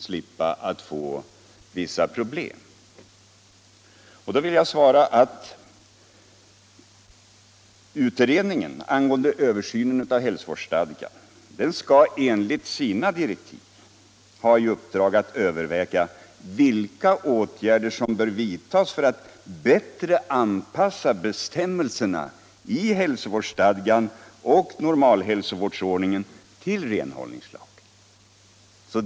Jag vill svara att utredningen angående översyn av hälsovårdsstadgan enligt sina direktiv har att överväga vilka åtgärder som bör vidtas för att bättre anpassa bestämmelserna i hälsovårdsstadgan och normalhälsovårdsordningen till renhållningslagen.